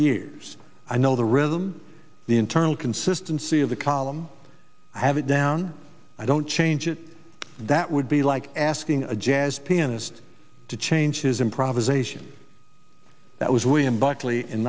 years i know the rhythm the internal consistency of the column i have it down i don't change it that would be like asking a jazz pianist to change his improvisation that was william buckley in